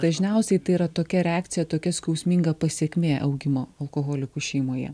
dažniausiai tai yra tokia reakcija tokia skausminga pasekmė augimo alkoholikų šeimoje